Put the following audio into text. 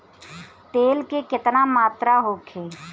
तेल के केतना मात्रा होखे?